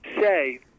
say